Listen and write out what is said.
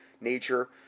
nature